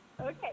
Okay